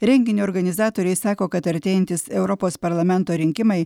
renginio organizatoriai sako kad artėjantys europos parlamento rinkimai